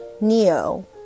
neo